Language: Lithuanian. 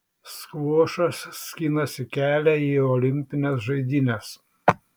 skvošas skinasi kelią į olimpines žaidynes